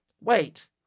Wait